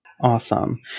Awesome